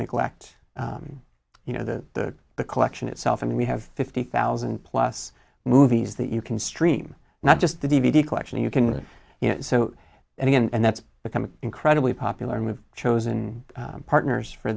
neglect you know the the collection itself i mean we have fifty thousand plus movies that you can stream not just the d v d collection you can you know so and again and that's become incredibly popular and we've chosen partners for